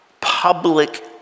public